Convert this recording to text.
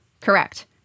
Correct